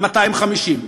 250,